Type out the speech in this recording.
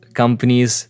companies